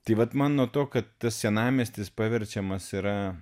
tai vat man nuo to kad tas senamiestis paverčiamas yra